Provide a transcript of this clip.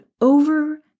over